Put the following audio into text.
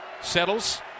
settles